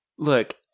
Look